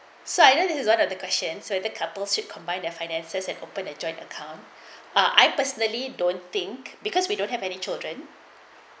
so either this is one of the question so the couples who combine their finances and open a joint account ah I personally don't think because we don't have any children